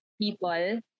people